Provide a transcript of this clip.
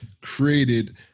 created